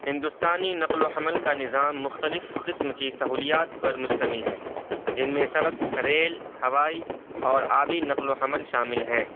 ہندوستانی نقل و حمل کا نظام مختلف قسم کی سہولیات پر مشتمل ہے جن میں سڑک ریل ہوائی اور آبی نقل و حمل شامل ہیں